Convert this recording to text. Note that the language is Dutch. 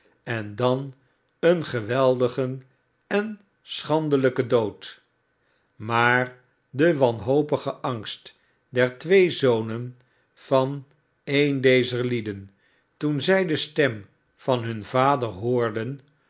en dan een geweldigen en schandelijken maar de wanhopige angst der twee zonen van een dez er ljeden toen zij de stem van hun vader hoorden